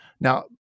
Now